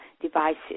devices